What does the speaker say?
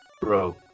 Bro